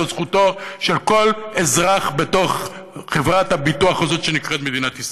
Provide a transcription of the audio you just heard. זאת זכותו של כל אזרח בתוך חברת הביטוח הזאת שנקראת מדינת ישראל.